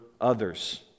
others